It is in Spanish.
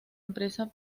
empresa